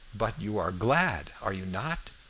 but you are glad, are you not?